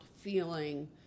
feeling